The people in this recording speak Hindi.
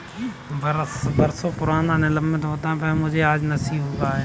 बरसों पुराना विलंबित भुगतान का पैसा मुझे आज नसीब हुआ है